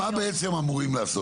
מה בעצם אמורים לעשות כאן.